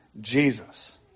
Jesus